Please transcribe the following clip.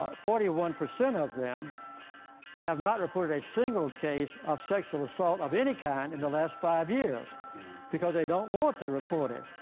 ah forty one percent of them have not reported a single case of sexual assault of any kind in the last five years because they don't want to report it.